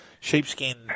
sheepskin